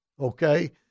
Okay